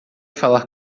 falar